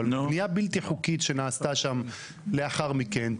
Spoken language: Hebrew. אבל בבנייה בלתי חוקית שנעשתה שם לאחר מכן,